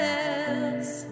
else